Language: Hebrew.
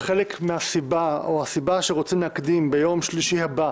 שהסיבה שרוצים להקדים ליום שלישי הבא